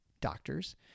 doctors